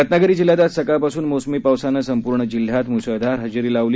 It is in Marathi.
रत्नागिरी जिल्ह्यात आज सकाळपासून मोसमी पावसानं संपूर्ण जिल्ह्यात म्सळधार हजेरी लावली